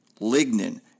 lignin